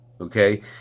okay